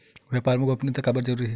व्यापार मा गोपनीयता जरूरी काबर हे?